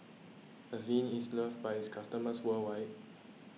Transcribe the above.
Avene is loved by its customers worldwide